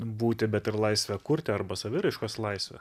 būti bet ir laisve kurti arba saviraiškos laisve